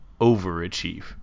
overachieve